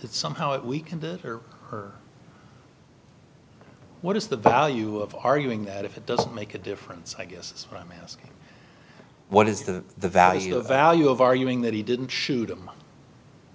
that somehow if we can the or what is the value of arguing that if it doesn't make a difference i guess is what i'm asking what is the value of value of arguing that he didn't shoot him